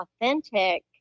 authentic